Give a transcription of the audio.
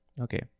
Okay